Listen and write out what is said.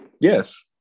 yes